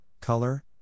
color